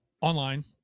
online